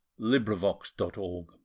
LibriVox.org